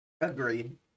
Agreed